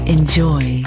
Enjoy